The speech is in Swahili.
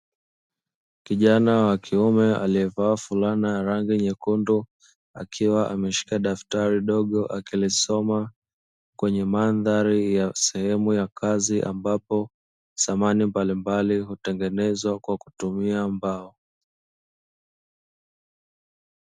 Kijana wa kiume aliyevaa fulana ya rangi nyekundu, akiwa ameshika daftari dogo akilisoma, kwenye madhari ya sehemu ya kazi ambapo, samahani mbalimbali hutengenezwa kwa kutumia mbao.